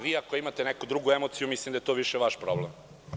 Vi ako imate neku drugu emociju, mislim da je to više vaš problem.